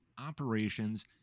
operations